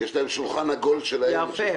יש להם שולחן עגול ביחד.